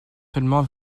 seulement